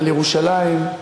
על ירושלים,